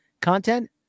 content